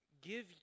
give